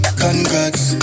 congrats